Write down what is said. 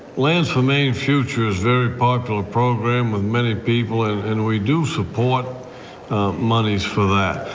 lands for maine's future is very popular program with many people and we do support moneys for that.